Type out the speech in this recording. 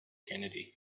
kennedy